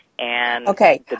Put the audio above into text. Okay